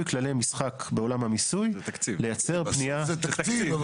כללי משחק בעולם המיסוי לייצר פנייה --- בסוף זה תקציב.